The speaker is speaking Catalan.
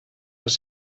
les